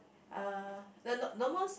uh the the most